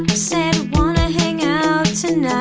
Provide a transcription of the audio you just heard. said wanna hang out